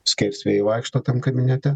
skersvėjai vaikšto tam kabinete